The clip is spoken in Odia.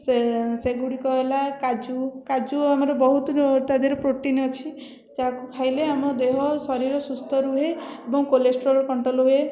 ସେ ସେଗୁଡ଼ିକ ହେଲା କାଜୁ କାଜୁ ଆମର ବହୁତ ତା ଦେହରେ ପ୍ରୋଟିନ ଅଛି ତାହାକୁ ଖାଇଲେ ଆମ ଦେହ ଶରୀର ସୁସ୍ଥ ରୁହେ ଏବଂ କୋଲେଷ୍ଟ୍ରୋଲ କଣ୍ଟ୍ରୋଲ ହୁଏ